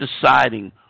deciding